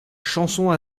chanson